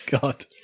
God